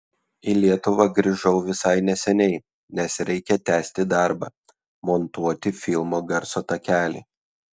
į lietuvą grįžau visai neseniai nes reikia tęsti darbą montuoti filmo garso takelį